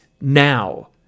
now